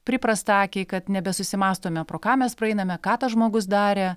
priprasta akiai kad nebesusimąstome pro ką mes praeiname ką tas žmogus darė